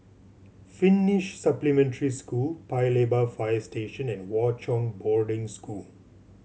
Finnish Supplementary School Paya Lebar Fire Station and Hwa Chong Boarding School